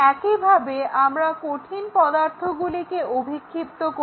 এই ভাবেই আমরা কঠিন পদার্থগুলিকে অভিক্ষিপ্ত করি